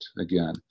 again